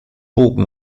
bogen